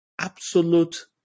absolute